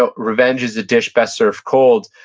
ah revenge is a dish best served cold.